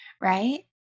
right